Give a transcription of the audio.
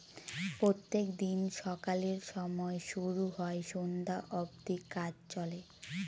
প্রত্যেক দিন সকালের সময় শুরু হয় সন্ধ্যা অব্দি কাজ চলে